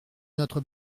notre